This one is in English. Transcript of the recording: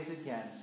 again